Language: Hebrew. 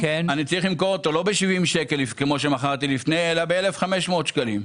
אני צריך למכור אותו לא ב-70 שקלים כמו שמכרתי לפני אלא ב-1,500 שקלים.